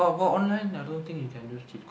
but but online I don't think you can use cheat code